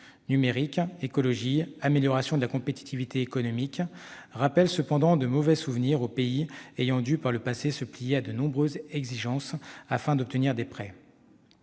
numérique, écologie, amélioration de la compétitivité économique -rappelle cependant de mauvais souvenirs aux pays ayant dû par le passé se plier à de nombreuses exigences, afin d'obtenir des prêts.